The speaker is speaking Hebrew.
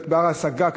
להיות בר-השגה,